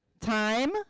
Time